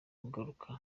kugaruka